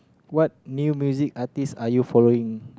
what new musics are these are you following